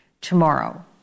tomorrow